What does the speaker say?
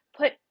put